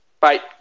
Bye